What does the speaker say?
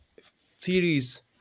theories